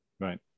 Right